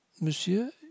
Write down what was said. Monsieur